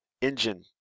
engine